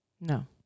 No